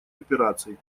операций